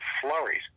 flurries